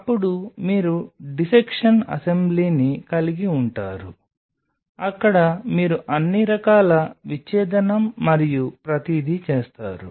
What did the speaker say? అప్పుడు మీరు డిసెక్షన్ అసెంబ్లీని కలిగి ఉంటారు అక్కడ మీరు అన్ని రకాల విచ్ఛేదనం మరియు ప్రతిదీ చేస్తారు